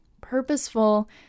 purposeful